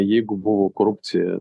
jeigu buvo korupcija